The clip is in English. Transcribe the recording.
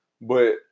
But-